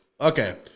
Okay